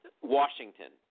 Washington